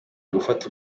gufata